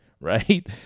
right